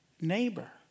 neighbor